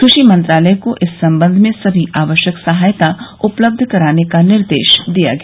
कृषि मंत्रालय को इस संबंध में समी आवश्यक सहायता उपलब्ध कराने का निर्देश दिया गया